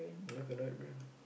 left and right brain